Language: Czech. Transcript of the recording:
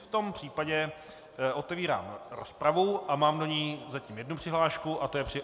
V tom případě otevírám rozpravu a mám do ní zatím jednu přihlášku, a to je...